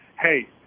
hey